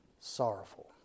sorrowful